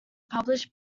published